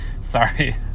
Sorry